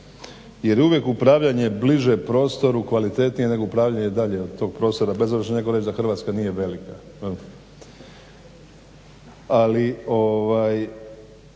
je uvijek upravljanje bliže prostoru kvalitetnije nego upravljanje dalje od tog prostora bez obzira što će netko reći da Hrvatska nije velika. Ali reforma